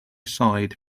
side